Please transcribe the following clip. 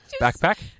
Backpack